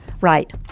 Right